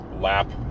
lap